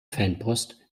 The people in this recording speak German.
fanpost